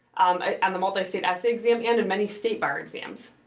ah and the multi-state essay exam and in many state bar exams.